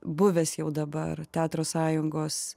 buvęs jau dabar teatro sąjungos